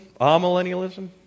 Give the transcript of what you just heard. amillennialism